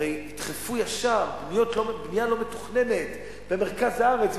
הרי ידחפו ישר בנייה לא מתוכננת במרכז הארץ,